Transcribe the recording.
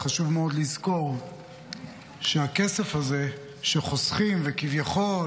חשוב מאוד לזכור שהכסף הזה שחוסכים וכביכול